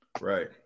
Right